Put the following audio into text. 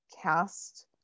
cast